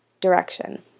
direction